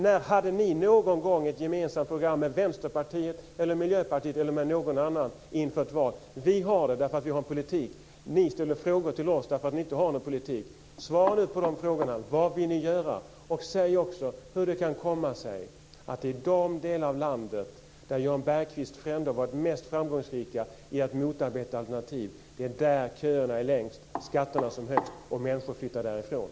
När hade ni ett program gemensamt med Vänsterpartiet, med Miljöpartiet eller med några andra inför ett val? Vi har det därför att vi har en politik, men ni ställer frågor till oss därför att ni inte har någon politik. Svara på frågorna och tala om vad ni vill göra och säg också hur det kan komma sig att det är i de delar av landet där Jan Bergqvists fränder har varit mest framgångsrika i att motarbeta alternativ som köerna är längst och skatterna som högst - delar av landet som människorna flyttar ifrån!